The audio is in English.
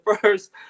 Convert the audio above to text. first